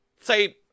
say